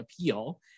appeal